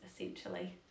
essentially